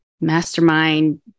mastermind